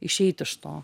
išeiti iš to